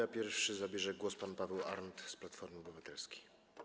A pierwszy zabierze głos pan Paweł Arndt z Platformy Obywatelskiej.